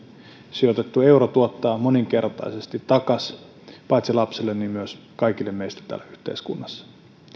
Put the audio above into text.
sijoitettu euro tuottaa moninkertaisesti takaisin paitsi lapselle myös kaikille meille täällä yhteiskunnassa